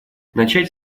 начать